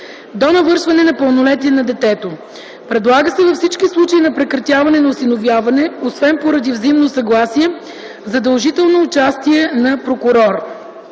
до навършване на пълнолетие на детето. Предлага се във всички случаи на прекратяване на осиновяване, освен поради взаимно съгласие, задължително участие на прокурор.